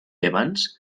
evans